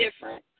different